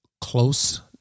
close